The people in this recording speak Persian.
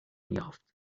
یافت